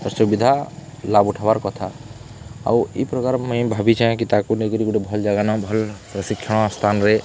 ସୁବିଧା ଲାଭ ଉଠେଇବାର କଥା ଆଉ ଏଇ ପ୍ରକାର ମୁଁ ଭାବିଛି କି ତାକୁ ନେଇକରି ଗୋଟେ ଭଲ ଜାଗା ନ ଭଲ ଶିକ୍ଷଣ ସ୍ଥାନରେ